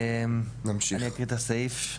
אני אקריא את הסעיף.